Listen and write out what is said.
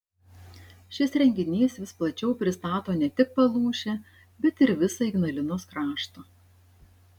šis renginys vis plačiau pristato ne tik palūšę bet ir visą ignalinos kraštą